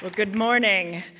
but good morning.